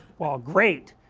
well great!